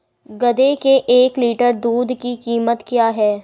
गधे के एक लीटर दूध की कीमत क्या है?